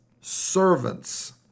servants